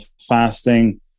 fasting